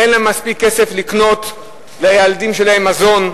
אין להם מספיק כסף לקנות לילדים שלהם מזון,